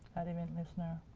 add event listener.